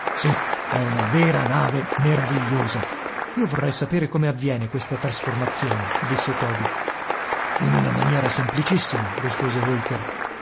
sì è una vera nave meravigliosa io vorrei sapere come avviene questa trasformazione disse toby in una maniera semplicissima rispose holker